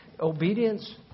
obedience